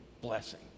blessing